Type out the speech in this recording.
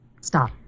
Stop